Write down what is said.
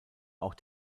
auch